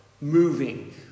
moving